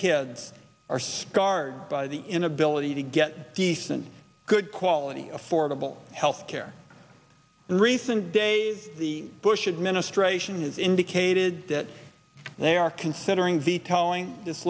kids are scarred by the inability to get decent good quality affordable health care the recent days the bush administration has indicated that they are considering vetoing this